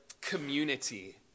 community